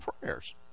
prayers